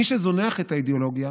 מי שזונח את האידיאולוגיה